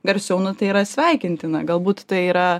garsiau nu tai yra sveikintina galbūt tai yra